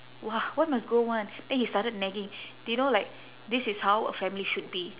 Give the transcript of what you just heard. !wah! why must go [one] then he started nagging do you know like this is how a family should be